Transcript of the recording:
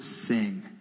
sing